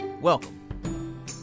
Welcome